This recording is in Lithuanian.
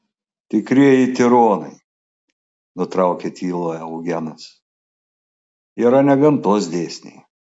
tikrieji tironai nutraukė tylą eugenas yra ne gamtos dėsniai